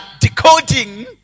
decoding